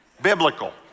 Biblical